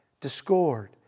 discord